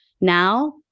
Now